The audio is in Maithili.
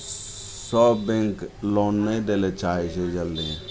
सब बैँक लोन नहि दै ले चाहै छै जल्दी